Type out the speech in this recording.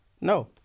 No